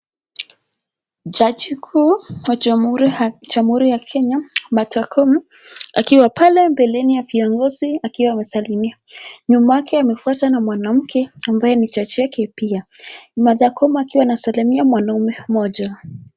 Jaji kuu wa Jamhuri ya Kenya Martha Koome akiwa pale mbele ya viongozi akiwa anasalimia. Nyuma yake amefuatwa na mwanamke ambaye ni jaji wake pia. Martha Koome akiwa anasalimia mwanaume mmoja.